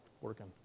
working